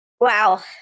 Wow